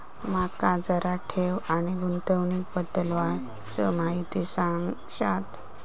माका जरा ठेव आणि गुंतवणूकी बद्दल वायचं माहिती सांगशात?